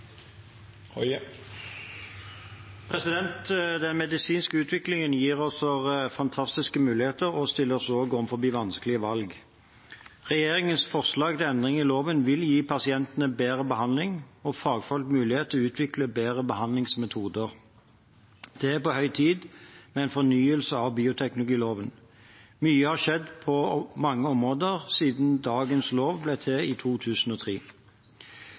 stiller oss også overfor vanskelige valg. Regjeringens forslag til endringer i loven vil gi pasientene bedre behandling og fagfolkene mulighet til å utvikle bedre behandlingsmetoder. Det er på høy tid med en fornyelse av bioteknologiloven. Mye har skjedd på mange områder siden dagens lov ble til i 2003.